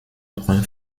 brun